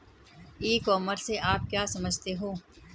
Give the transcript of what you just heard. ई commerce से आप क्या समझते हो?